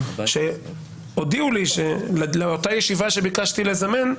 הודיעו לי שלאותה ישיבה שביקשתי לזמן,